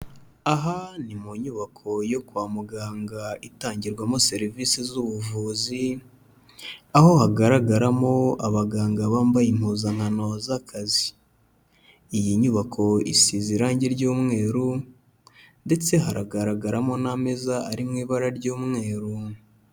Aha ni mu nyubako yo kwa muganga itangirwamo serivisi z'ubuvuzi, aho hagaragaramo abaganga bambaye impuzankano z'akazi, iyi nyubako isize irangi ry'umweru ndetse haragaragaramo n'ameza ari mu ibara ry'umweru.